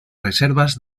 reservas